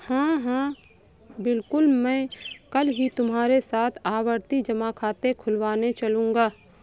हां हां बिल्कुल मैं कल ही तुम्हारे साथ आवर्ती जमा खाता खुलवाने चलूंगा